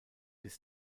bis